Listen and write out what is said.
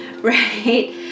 Right